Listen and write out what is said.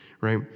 right